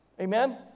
Amen